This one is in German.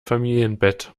familienbett